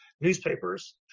newspapers